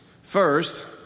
First